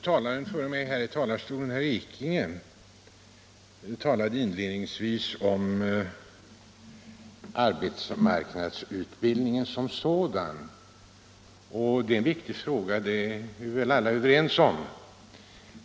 Herr talman! Herr Ekinge talade inledningsvis om arbetsmarknadsutbildningen som sådan. Det är en viktig fråga — det är vi alla överens om.